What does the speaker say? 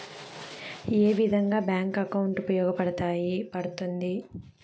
ఏ విధంగా bank account ఉపయోగపడతాయి పడ్తుంది